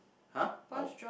!huh! oh